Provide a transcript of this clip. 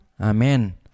Amen